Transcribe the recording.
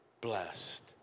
blessed